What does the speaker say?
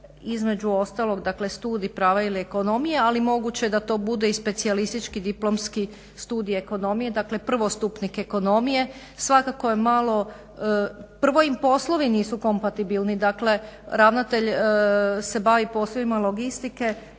između ostalog dakle studij prava ili ekonomije, ali moguće je da to bude i specijalistički diplomski studij ekonomije. Dakle, prvostupnik ekonomije. Svakako je malo, prvo im poslovi nisu kompatibilni, dakle ravnatelj se bavi poslovima logistike,